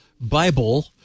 Bible